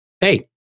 Hey